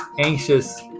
anxious